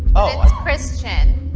ah it's christian.